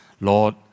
Lord